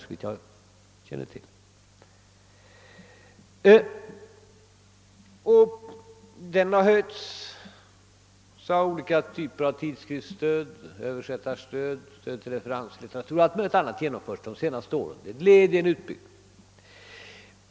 För övrigt har vi också andra typer av stöd, t.ex. för tidskrifter, för översättning och för referenslitteratur. Det är också sådant som har genomförts de senaste åren.